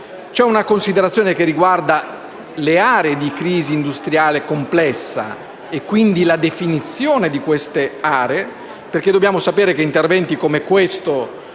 C'è una considerazione, che riguarda le aree di crisi industriale complessa e quindi la definizione di queste aree, perché dobbiamo sapere che interventi come questo